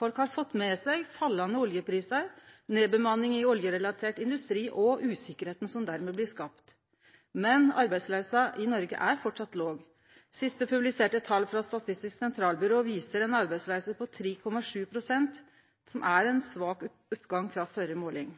Folk har fått med seg fallande oljeprisar, nedbemanning i oljerelatert industri og usikkerheita som dermed blir skapt. Men arbeidsløysa i Noreg er framleis låg. Dei siste publiserte tala frå Statistisk sentralbyrå viser ei arbeidsløyse på 3,7 pst., noko som er ein svak oppgang frå førre måling.